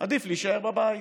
עדיף להישאר בבית.